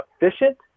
efficient